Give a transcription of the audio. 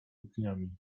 dniami